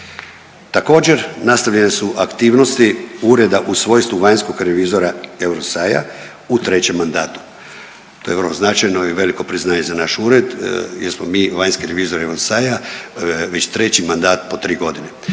Također nastavljene su aktivnosti ureda u svojstvu vanjskog revizora EUROSAI-a u trećem mandatu. To je vrlo značajno i veliko priznanje za naš ured jer smo mi vanjski revizori EUROSAI-a, već treći mandat po 3.g..